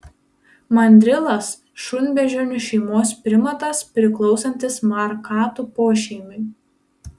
mandrilas šunbeždžionių šeimos primatas priklausantis markatų pošeimiui